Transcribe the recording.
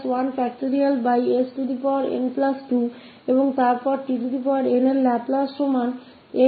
𝑠𝑛2 और फिर हमारे पास है tn का लाप्लास जोकि 𝑛